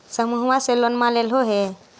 समुहवा से लोनवा लेलहो हे?